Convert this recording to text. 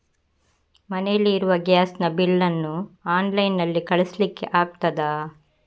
ಮನೆಯಲ್ಲಿ ಇರುವ ಗ್ಯಾಸ್ ನ ಬಿಲ್ ನ್ನು ಆನ್ಲೈನ್ ನಲ್ಲಿ ಕಳಿಸ್ಲಿಕ್ಕೆ ಆಗ್ತದಾ?